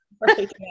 Right